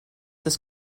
this